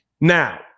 Now